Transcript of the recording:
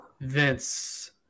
Vince